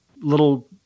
little